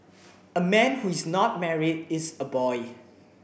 a man who is not married is a boy